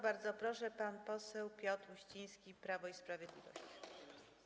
Bardzo proszę, pan poseł Piotr Uściński, Prawo i Sprawiedliwość.